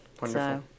Wonderful